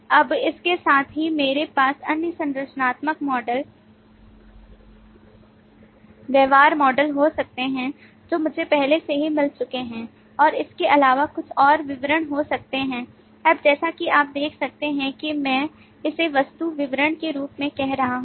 अब इसके साथ ही मेरे पास अन्य संरचनात्मक मॉडल व्यवहार मॉडल हो सकते हैं जो मुझे पहले से ही मिल चुके हैं और इसके अलावा कुछ और विवरण हो सकते हैं अब जैसा कि आप देख सकते हैं कि मैं इसे वास्तु विवरण के रूप में कह रहा हूं